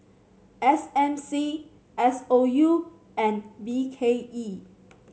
S M C S O U and B K E